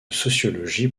sociologie